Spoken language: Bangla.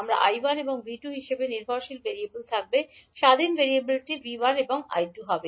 আমাদের 𝐈1 এবং 𝐕2 হিসাবে নির্ভরশীল ভেরিয়েবল থাকবে স্বাধীন ভেরিয়েবলটি 𝐕1 এবং 𝐈2 হবে